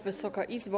Wysoka Izbo!